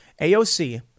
AOC